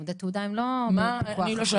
לימודי תעודה -- אני לא שאלתי אותך.